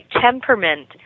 temperament